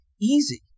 easy